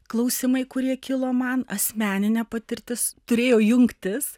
klausimai kurie kilo man asmeninė patirtis turėjo jungtis